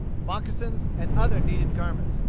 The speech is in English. moccasins, and other needed garments.